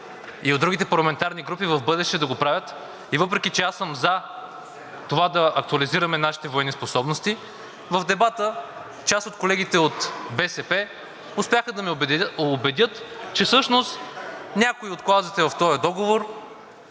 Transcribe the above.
и от другите парламентарни групи в бъдеще да го правят, а въпреки че аз съм за това да актуализираме нашите военни способности, в дебата част от колегите от БСП успяха да ме убедят, че всъщност някои от клаузите в този договор